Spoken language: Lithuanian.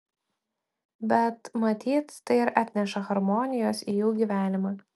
bet matyt tai ir atneša harmonijos į jų gyvenimą